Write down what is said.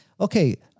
Okay